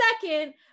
second